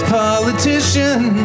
politician